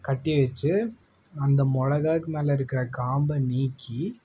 கட்டி வச்சு அந்த மிளகாக்கு மேல் இருக்கிற காம்பை நீக்கி